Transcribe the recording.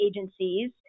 agencies